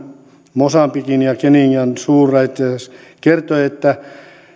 mosambikin ja ja kenian suurlähettiläs kertoi että